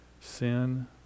sin